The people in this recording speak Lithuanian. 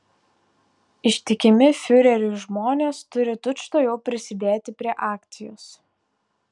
ištikimi fiureriui žmonės turi tučtuojau prisidėti prie akcijos